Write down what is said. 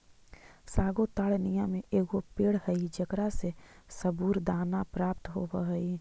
sago ताड़ नियन एगो पेड़ हई जेकरा से सबूरदाना प्राप्त होब हई